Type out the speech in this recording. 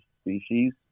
species